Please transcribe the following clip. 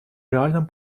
реальном